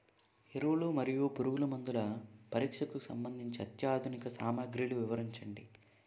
ఎరువులు మరియు పురుగుమందుల పరీక్షకు సంబంధించి అత్యాధునిక సామగ్రిలు వివరించండి?